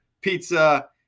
pizza